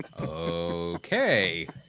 Okay